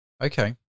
Okay